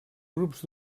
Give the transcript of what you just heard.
grups